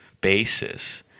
basis –